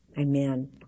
amen